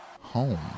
home